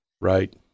Right